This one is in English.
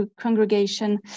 congregation